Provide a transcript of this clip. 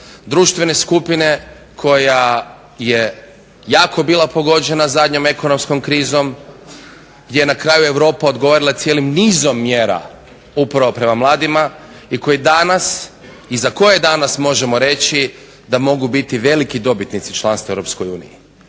Društvene skupine koja je jako bila pogođena zadnjom ekonomskom krizom, gdje je na kraju Europa odgovorila cijelim nizom mjera upravo prema mladima i koji danas i za koje danas možemo reći da mogu biti veliki dobitnici članstva u Europskoj uniji.